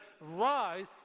rise